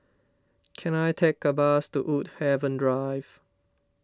can I take a bus to Woodhaven Drive